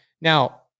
Now